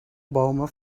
bomen